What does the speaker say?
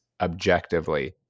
objectively